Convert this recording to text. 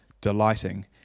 delighting